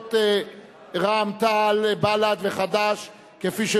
סיעות רע"ם-תע"ל חד"ש בל"ד,